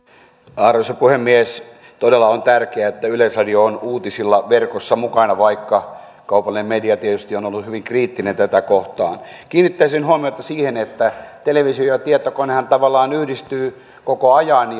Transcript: arvoisa puhemies todella on tärkeää että yleisradio on uutisilla verkossa mukana vaikka kaupallinen media tietysti on ollut hyvin kriittinen tätä kohtaan kiinnittäisin huomiota siihen että televisio ja tietokonehan tavallaan yhdistyvät koko ajan